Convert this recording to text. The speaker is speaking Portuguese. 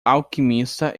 alquimista